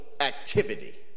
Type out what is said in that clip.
activity